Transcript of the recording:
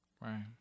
Right